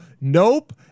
nope